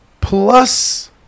plus